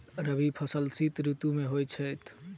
रबी फसल शीत ऋतु मे होए छैथ?